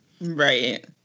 right